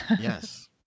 Yes